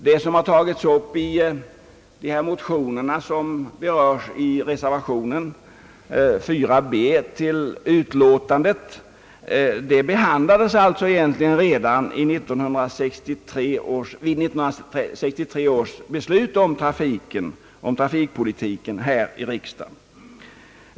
Det som tagits upp i de motioner vilka berörs i reservationen b behandlades alltså egentligen redan i samband med 1963 års beslut i riksdagen om trafikpolitiken.